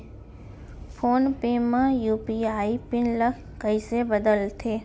Phone पे म UPI pin ल कइसे बदलथे?